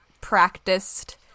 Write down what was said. practiced